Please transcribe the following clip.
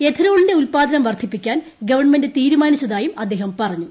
എഥനോളിന്റെ ഉല്പാദനം വർദ്ധിപ്പിക്കാൻ ഗവൺമെന്റ് തീരുമാനിച്ചതായും അദ്ദേഹം പറഞ്ഞു